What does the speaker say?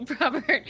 Robert